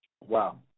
Wow